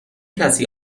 کسی